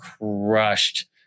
crushed